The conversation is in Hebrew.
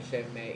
על שם אילן,